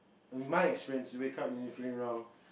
in my experience if you wake up feeling wrong